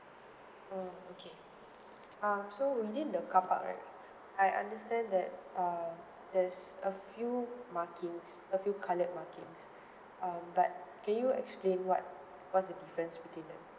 oh okay um so within the carpark right I understand that err there's a few markings a few coloured markings um but can you explain what what's the difference between the